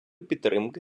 підтримки